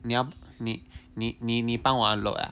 你要你你你帮我 upload ah